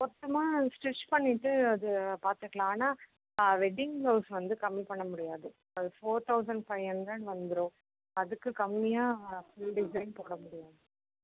மொத்தமாக ஸ்டிச் பண்ணிவிட்டு அதை பார்த்துக்கலாம் ஆனால் வெட்டிங் பிளவுஸ் வந்து கம்மி பண்ண முடியாது அது ஃபோர் தௌசண்ட் ஃபை ஹண்ட்ரட் வந்துடும் அதுக்கு கம்மியாக ஃபுல் டிசைன் போடமுடியாது